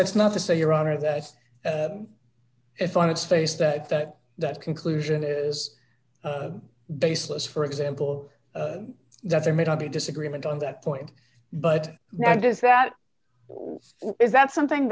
that's not to say your honor that as if on its face that that that conclusion is baseless for example that there may not be disagreement on that point but that is that is that something